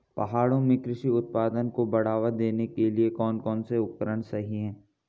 पहाड़ों में कृषि उत्पादन को बढ़ावा देने के लिए कौन कौन से उपकरण सही हैं?